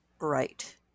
Right